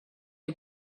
who